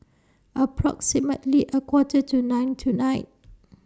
approximately A Quarter to nine tonight